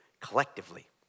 collectively